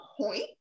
point